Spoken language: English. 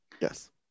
Yes